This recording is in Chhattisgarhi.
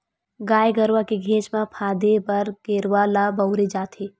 गाय गरुवा के घेंच म फांदे बर गेरवा ल बउरे जाथे